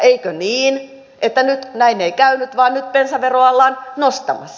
eikö niin että nyt näin ei käynyt vaan nyt bensaveroa ollaan nostamassa